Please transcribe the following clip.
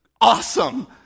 Awesome